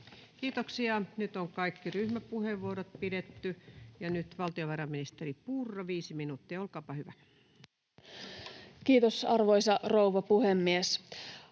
Kiitoksia. — Nyt on kaikki ryhmäpuheenvuorot pidetty. — Nyt valtiovarainministeri Purra, viisi minuuttia, olkaapa hyvä. Kiitos, arvoisa rouva puhemies!